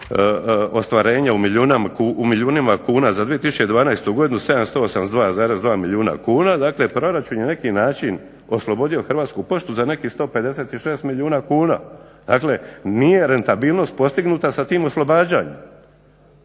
ostvarenja u milijunima kuna za 2012. godinu 782,2 milijuna kuna. Dakle, proračun je na neki način oslobodio Hrvatsku poštu za nekih 156 milijuna kuna. Dakle, nije rentabilnost postignuta sa tim oslobađanjem.